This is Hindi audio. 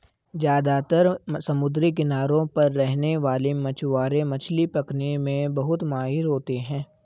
ज्यादातर समुद्री किनारों पर रहने वाले मछवारे मछली पकने में बहुत माहिर होते है